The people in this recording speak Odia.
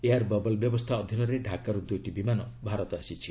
ଏୟାର୍ ବବଲ ବ୍ୟବସ୍ଥା ଅଧୀନରେ ଢାକାରୁ ଦୁଇଟି ବିମାନ ଭାରତ ଆସିଛି